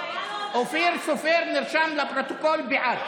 אופיר סופר נרשם לפרוטוקול בעד.